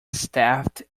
staffed